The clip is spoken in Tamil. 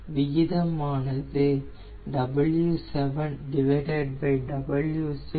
விகிதமானது 0